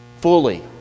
Fully